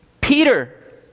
Peter